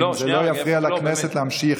זה לא יפריע לכנסת להמשיך.